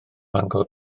mangor